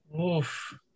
Oof